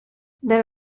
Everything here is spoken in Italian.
del